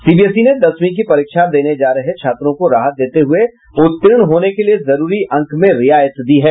CBSE ने दसवीं की परीक्षा देने जा रहे छात्रों को राहत देते हुए उत्तीर्ण होने के लिए जरूरी अंक में रियायत दी है